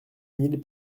mille